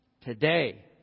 today